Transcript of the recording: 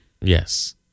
yes